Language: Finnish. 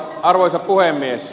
arvoisa puhemies